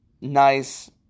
nice